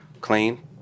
clean